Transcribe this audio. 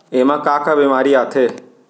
एमा का का बेमारी आथे?